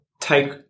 take